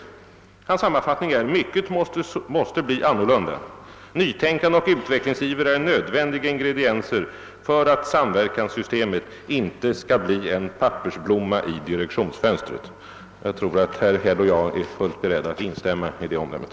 Artikelförfattaren gör följande sammanfattning: »Eller sammantaget: mycket måste bli annorlunda. Nytänkande och utvecklingsiver är nödvändiga ingredienser för att samverkanssystemet inte skall bli en pappersblomma i direktionsfönstret.» Jag tror att herr Häll och jag är fullt beredda att instämma i det omdömet.